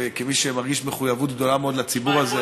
וכמי שמרגיש מחויבות גדולה מאוד לציבור הזה,